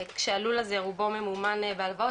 כשהלול הזה רובו ממומן בהלוואות,